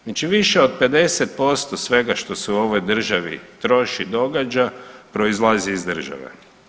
Znači više od 50% svega što se u ovoj državi troši, događa, proizlazi iz države.